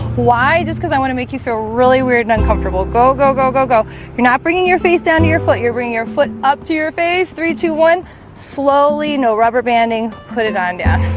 why just because i want to make you feel really weird and uncomfortable go go go go go you're not bringing your face down to your foot you're bringing your foot up to your face. three two one slowly no, rubber-banding put it on down